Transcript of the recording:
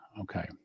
Okay